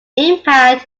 impact